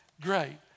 great